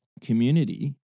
community